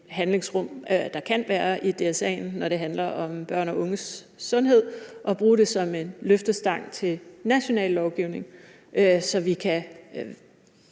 handlingsrum, der kan være i DSA'en, når det handler om børn og unges sundhed, og bruge det som en løftestang til national lovgivning, så vi kan